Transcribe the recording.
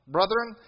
Brethren